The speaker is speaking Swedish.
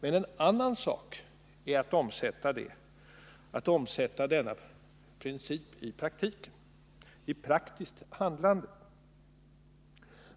En annan sak är att omsätta denna princip i praktiskt handlande.